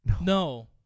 No